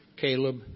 Caleb